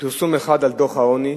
פרסום אחד על דוח העוני,